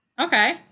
okay